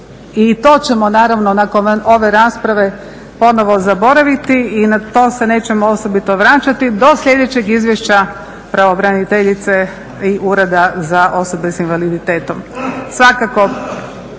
i to ćemo naravno nakon ove rasprave ponovo zaboraviti i na to se nećemo osobito vraćati do sljedećeg izvješća pravobraniteljice i Ureda za osobe s invaliditetom.